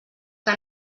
que